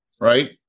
right